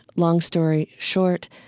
long story short,